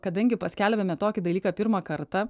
kadangi paskelbėme tokį dalyką pirmą kartą